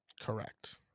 Correct